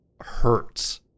hurts